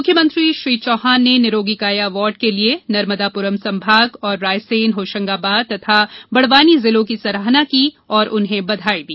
मुख्यमंत्री श्री चौहान ने निरोगी काया अवार्ड के लिए नर्मदापुरम संभाग तथा रायसेन होशंगाबाद एवं बड़वानी जिलों की सराहना की तथा बधाई दी